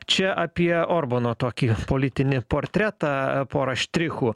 čia apie orbano tokį politinį portretą porą štrichų